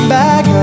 back